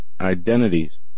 identities